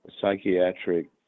psychiatric